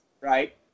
right